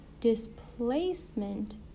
Displacement